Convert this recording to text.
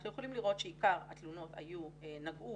אנחנו יכולים לראות שעיקר התלונות נגעו